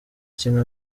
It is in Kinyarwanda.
kimwe